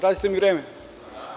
Vratite mi vreme.